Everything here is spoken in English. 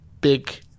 big